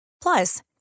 Plus